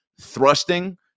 thrusting